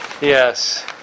yes